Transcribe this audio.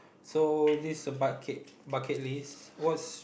so this a bucket bucket list what's